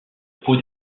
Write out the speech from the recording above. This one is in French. peau